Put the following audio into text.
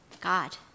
God